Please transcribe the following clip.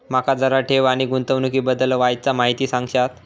माका जरा ठेव आणि गुंतवणूकी बद्दल वायचं माहिती सांगशात?